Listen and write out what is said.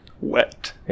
Wet